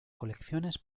colecciones